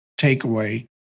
takeaway